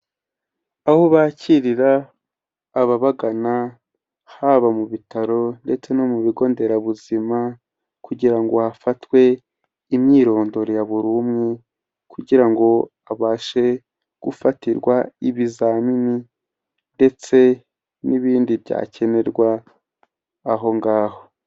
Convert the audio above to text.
Aho bakirira ababagana, haba mu bitaro ndetse no mu bigo nderabuzima kugira ngo hafatwe imyirondoro ya buri umwe kugira ngo abashe gufatirwa ibizamini ndetse n'ibindi byakenerwa aho ngaho.